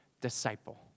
disciple